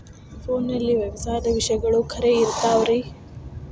ಫೋನಲ್ಲಿ ವ್ಯವಸಾಯದ ವಿಷಯಗಳು ಖರೇ ಇರತಾವ್ ರೇ?